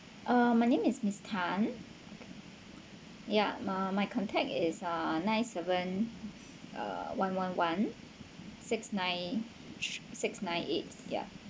uh my name is miss tan yup uh my contact is uh nine seven uh one one one six nine six nine eight ya